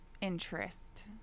interest